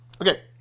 Okay